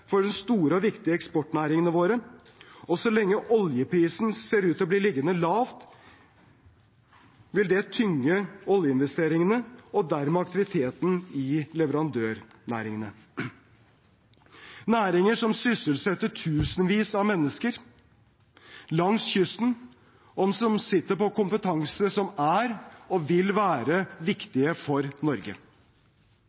og viktige eksportnæringene våre. Og så lenge oljeprisen ser ut til å bli liggende lavt, vil det tynge oljeinvesteringene og dermed aktiviteten i leverandørnæringene, næringer som sysselsetter tusenvis av mennesker langs kysten, og som sitter på en kompetanse som er – og vil være